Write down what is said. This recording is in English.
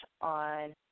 on